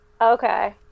Okay